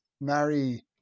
marry